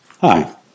Hi